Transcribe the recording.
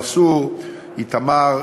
המסור: איתמר,